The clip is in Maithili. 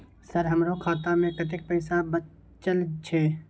सर हमरो खाता में कतेक पैसा बचल छे?